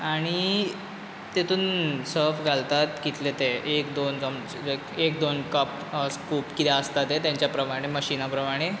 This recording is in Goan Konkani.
आनी तितूंत सर्फ घालतात कितलें तें एक दोन चमचे एक दोन कप स्कूप कितें आसता ते तेंच्या प्रमाणे मशीना प्रमाणे